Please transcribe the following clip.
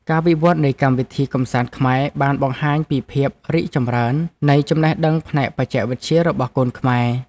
ការវិវត្តនៃកម្មវិធីកម្សាន្តខ្មែរបានបង្ហាញពីភាពរីកចម្រើននៃចំណេះដឹងផ្នែកបច្ចេកវិទ្យារបស់កូនខ្មែរ។